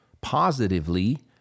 positively